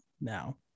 now